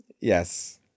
Yes